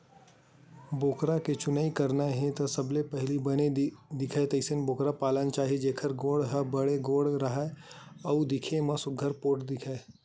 बोकरा के चुनई करना हे त सबले पहिली बने दिखय तइसन बोकरा पालना चाही जेखर गोड़ ह बने पोठ राहय अउ दिखे म सुग्घर पोठ दिखय